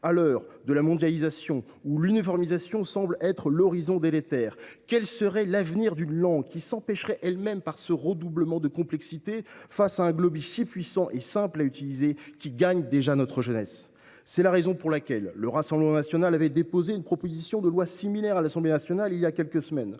À l’heure de la mondialisation, où l’uniformisation semble être l’horizon délétère, quel serait l’avenir d’une langue qui s’empêcherait elle même par ce redoublement de complexité, face à un « globish » si puissant et simple à utiliser, lequel gagne déjà notre jeunesse ? C’est la raison pour laquelle le Rassemblement national a déposé une proposition de loi similaire à l’Assemblée nationale il y a quelques semaines.